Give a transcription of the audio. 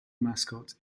mascot